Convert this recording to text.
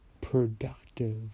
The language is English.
productive